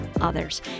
others